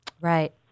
Right